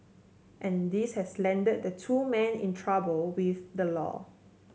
and this has landed the two men in trouble with the law